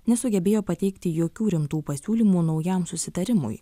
nesugebėjo pateikti jokių rimtų pasiūlymų naujam susitarimui